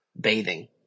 bathing